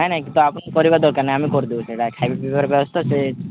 ନାଇ ନାଇ କିନ୍ତୁ ଆପଣ କରିବା ଦରକାର ନାହିଁ ଆମେ କରିଦେବୁ ସେଇଟା ଖାଇବା ପିଇବାର ବ୍ୟବସ୍ଥା ସେ